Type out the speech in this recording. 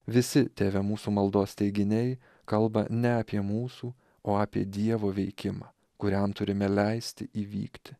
visi tėve mūsų maldos teiginiai kalba ne apie mūsų o apie dievo veikimą kuriam turime leisti įvykti